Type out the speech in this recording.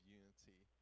unity